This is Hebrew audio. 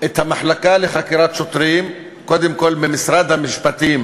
את המחלקה לחקירות שוטרים קודם כול ממשרד המשפטים,